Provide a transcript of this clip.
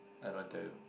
I don't want tell you